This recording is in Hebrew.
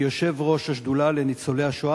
כיושב-ראש השדולה לניצולי השואה.